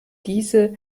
diese